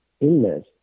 illness